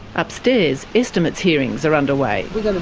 upstairs, estimates hearings are underway. we kind of